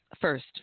first